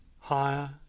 higher